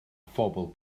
phobl